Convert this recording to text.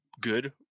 good